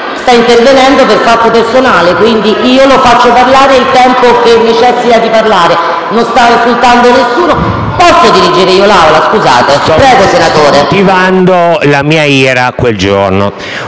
Sta intervenendo per fatto personale, quindi io lo faccio parlare per il tempo che necessita di parlare, non sta insultando nessuno. Posso dirigere io l'Aula, scusate? Prego senatore. AIROLA *(M5S)*. Sto motivando la mia ira di quel giorno.